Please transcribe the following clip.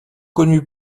connu